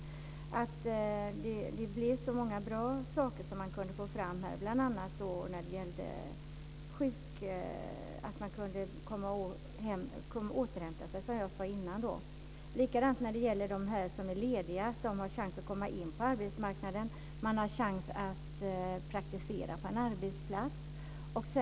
Man kan få fram många bra saker här, bl.a. detta att man kan återhämta sig, som jag sade tidigare. De som är lediga har chans att komma in på arbetsmarknaden. Man har chans att praktisera på en arbetsplats.